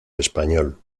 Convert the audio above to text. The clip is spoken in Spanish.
español